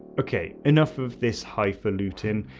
okay enough of this highfalutin,